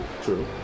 True